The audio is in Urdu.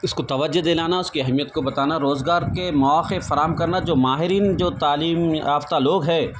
اس کو توجّہ دلانا اس کی اہمیت کو بتانا روزگار کے مواقع فراہم کرنا جو ماہرین جو تعلیم یافتہ لوگ ہے